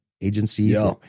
agency